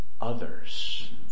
others